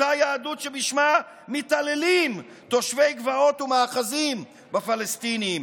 אותה יהדות שבשמה מתעללים תושבי גבעות ומאחזים בפלסטינים,